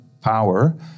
power